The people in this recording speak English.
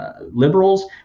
liberals